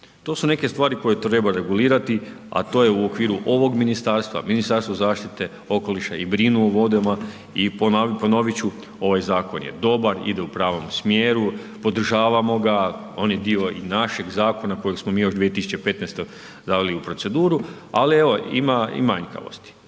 To su neke stvari koje treba regulirati, a to je u okviru ovog ministarstva, Ministarstva zaštite okoliša i brinu o vodama i ponovit ću, ovaj zakon je dobar, ide u pravom smjeru, podržavamo ga, on je dio i našeg zakona koji smo mi još 2015. dali u proceduru, ali evo, ima i manjkavosti.